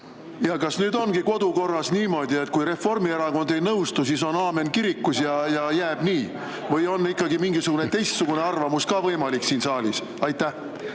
Kas nüüd ongi kodukorras niimoodi, et kui Reformierakond ei nõustu, siis on aamen kirikus ja jääb nii? Või on ikkagi mingisugune teistsugune arvamus ka võimalik siin saalis? Kas